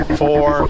four